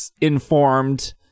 informed